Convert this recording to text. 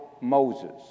Moses